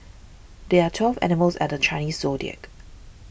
there are twelve animals at the Chinese zodiac